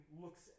looks